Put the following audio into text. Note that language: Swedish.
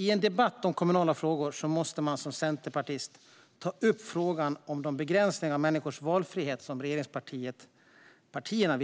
I en debatt om kommunala frågor måste man som centerpartist ta upp frågan om de begränsningar av människors valfrihet som regeringspartierna,